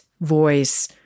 voice